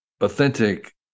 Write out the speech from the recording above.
authentic